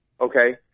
okay